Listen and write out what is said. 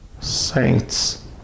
Saints